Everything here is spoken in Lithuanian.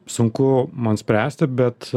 sunku man spręsti bet